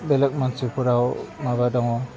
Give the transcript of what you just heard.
बेलेग मानसिफोराव माबा दङ